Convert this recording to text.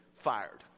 fired